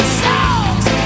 songs